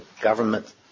government